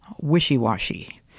wishy-washy